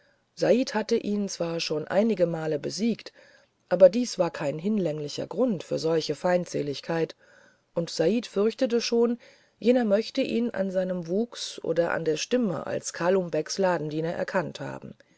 said hatte ihn zwar schon einigemal besiegt aber dies war kein hinlänglicher grund zu solcher feindseligkeit und said fürchtete schon jener möchte ihn an seinem wuchs oder an der stimme als kalum becks ladendiener erkannt haben